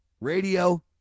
radio